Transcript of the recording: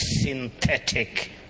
synthetic